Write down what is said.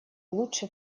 лучше